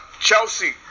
Chelsea